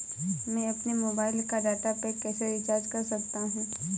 मैं अपने मोबाइल का डाटा पैक कैसे रीचार्ज कर सकता हूँ?